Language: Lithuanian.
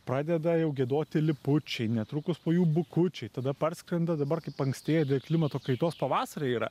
pradeda jau giedoti lipučiai netrukus po jų bukučiai tada parskrenda dabar kaip paankstėję dėl klimato kaitos pavasariai yra